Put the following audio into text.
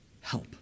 help